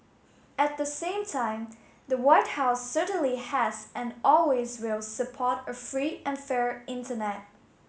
at the same time the White House certainly has and always will support a free and fair internet